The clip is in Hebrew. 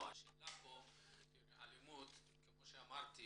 כמו שאמרתי